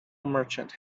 merchant